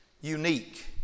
unique